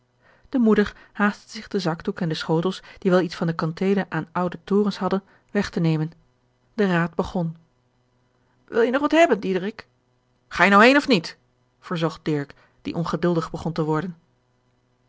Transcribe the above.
de moeder haastte zich den zakdoek en de schotels die wel iets van de kanteelen aan oude torens hadden weg te nemen de raad begon wil je nog wat hebben diederik ga je nou heen of niet verzocht dirk die ongeduldig begon te worden